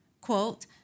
quote